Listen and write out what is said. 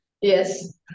yes